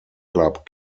club